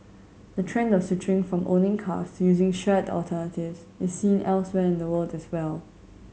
the trend of switching from owning cars to using shared alternatives is seen elsewhere in the world as well